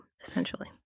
essentially